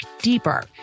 deeper